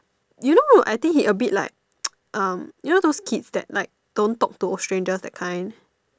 you know I think he a bit like um you know those kids that like don't talk to strangers that kind